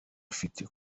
ufite